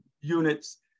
units